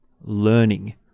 learning